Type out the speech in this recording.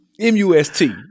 M-U-S-T